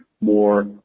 more